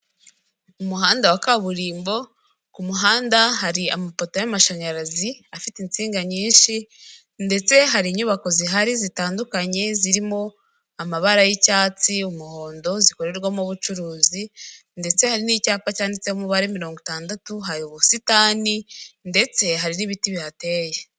Umuhanda wa kaburimbo ku muhanda hari amapoto y'amashanyarazi afite insinga nyinshi ndetse hari inyubako zihari zitandukanye zirimo amabara y'icyatsi y'umuhondo zikorerwamo ubucuruzi ndetse hari n'icyapa cyanditsemo umubare mirongo itandatu hari ubusitani ndetse hari n'ibiti bihateye.